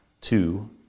Two